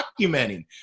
documenting